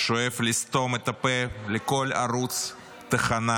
והוא שואף לסתום את הפה לכל ערוץ, תחנה